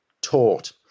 Taught